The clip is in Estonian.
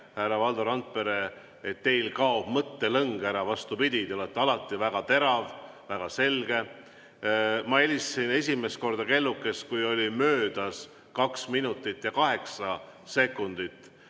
härra Valdo Randpere, kaoks mõttelõng ära. Vastupidi, te olete alati väga terav, väga selge. Ma helistasin esimest korda kellukest, kui oli möödas kaks minutit ja kaheksa sekundit,